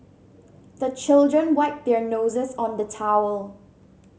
the children wipe their noses on the towel